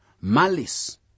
Malice